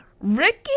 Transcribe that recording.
Ricky